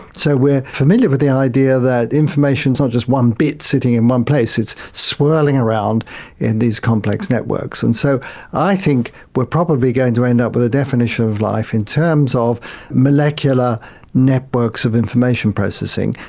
so we are familiar with the idea that information is not so just one bit sitting in one place, it's swirling around in these complex networks. and so i think we are probably going to end up with a definition of life in terms of molecular networks of information processing,